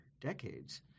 decades